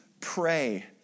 pray